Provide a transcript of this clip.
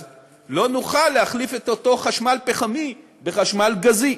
לא נוכל להחליף את אותו חשמל פחמי בחשמל גזי.